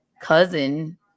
cousin